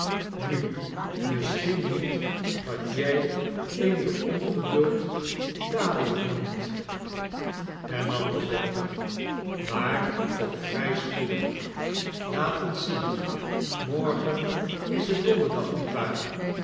nu miisachiem niet wat jij in je ongeduld dadelijk noemt hea-nam de dokter maar toch vrij spoedig laat eene zien morgen is t donderdag ndietwaar